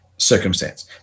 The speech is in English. Circumstance